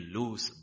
lose